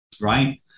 right